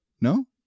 No